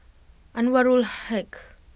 Anwarul Haque